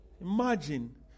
Imagine